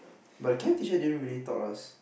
but the chem teacher didn't really taught us